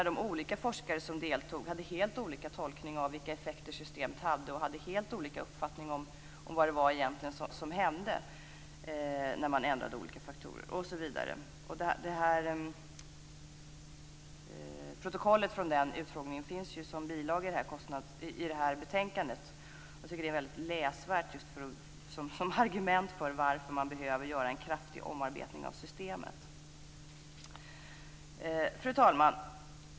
De olika forskare som deltog hade nämligen helt olika tolkning av vilka effekter systemet hade och helt olika uppfattning om vad som egentligen hände när man ändrade olika faktorer osv. Protokollet från denna utfrågning finns som bilaga i det här betänkandet. Jag tycker att det är läsvärt som argument för varför man behöver göra en kraftig omarbetning av systemet. Fru talman!